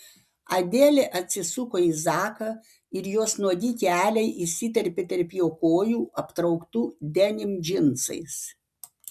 adelė atsisuko į zaką ir jos nuogi keliai įsiterpė tarp jo kojų aptrauktų denim džinsais